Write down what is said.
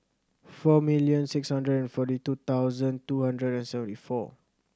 four million six hundred and forty two thousand two hundred and seventy four